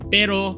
pero